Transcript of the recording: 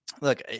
Look